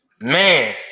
Man